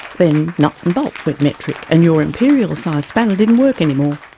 then nuts and bolts went metric and your imperial sized spanner didn't work anymore.